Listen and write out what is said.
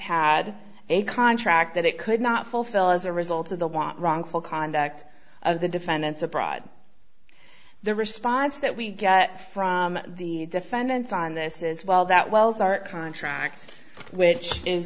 had a contract that it could not fulfill as a result of the want wrongful conduct of the defendants abroad the response that we get from the defendants on this is well that wells our contract which is